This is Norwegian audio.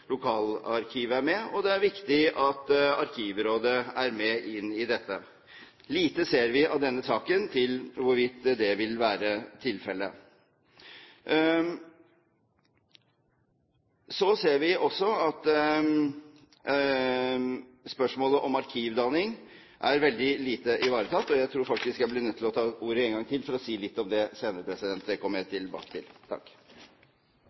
lokalarkiv er med, og det er viktig at Arkivrådet er med inn i dette. Lite ser vi i denne saken til hvorvidt det vil være tilfellet. Vi ser også at spørsmålet om arkivdanning er veldig lite ivaretatt. Jeg tror faktisk jeg blir nødt til å ta ordet en gang til for å si litt om det senere. Det kommer jeg